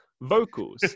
vocals